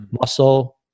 muscle